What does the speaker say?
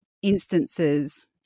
Instances